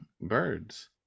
birds